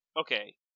Okay